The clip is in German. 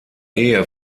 ehe